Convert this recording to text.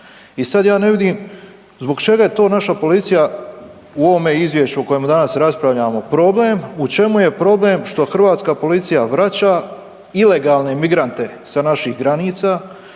I sad ja ne vidim zbog čega je to naša policija u ovome izvješću o kojemu danas raspravljamo problem, u čemu je problem što hrvatska policija vraća ilegalne migrante sa naših granica.